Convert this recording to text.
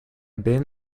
bin